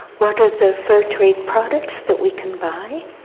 work of the fair trade products that we can buy,